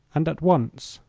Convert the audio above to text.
and at once.